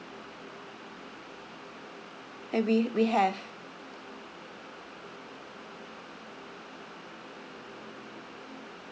and we we have